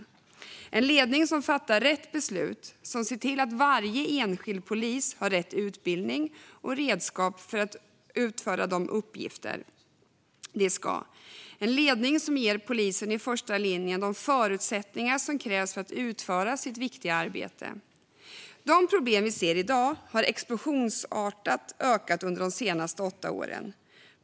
Det behövs en ledning som fattar rätt beslut och ser till att varje enskild polis har rätt utbildning och redskap för att utföra sina uppgifter - en ledning som ger poliser i första linjen de förutsättningar som krävs för att de ska kunna utföra sitt viktiga arbete. De problem vi ser i dag har ökat explosionsartat under de senaste åtta åren.